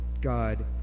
God